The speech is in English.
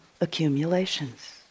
accumulations